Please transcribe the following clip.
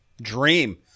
dream